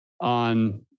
on